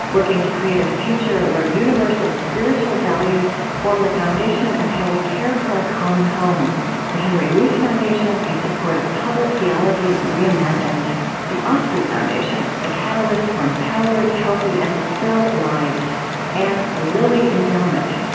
working to create a future where universal spiritual values form the foundation of how we care for our common home the henry luce foundation, in support of public theology reimagined the osprey foundation a catalyst for empowered, healthy, and fulfilled lives and the lilly endowment,